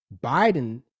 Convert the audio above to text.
Biden